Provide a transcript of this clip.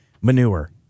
Manure